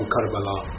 Karbala